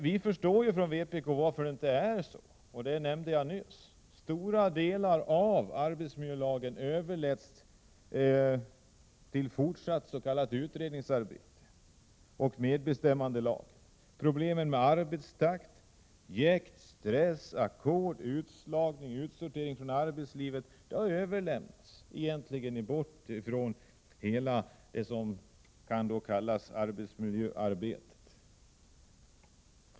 Vi från vpk förstår varför det inte är så: Stora delar av arbetsmiljölagen överläts för fortsatt s.k. utredningsarbete inom medbestämmandelagens ram. Problem med arbetstakt, jäkt, stress, ackord, utslagning osv. har förts bort från det som egentligen kan kallas arbetsmiljöarbetet.